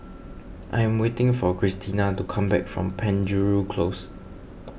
I am waiting for Cristina to come back from Penjuru Close